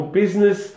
business